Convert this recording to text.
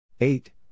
Eight